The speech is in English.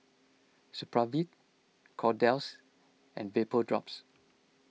Supravit Kordel's and Vapodrops